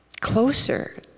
closer